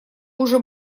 уже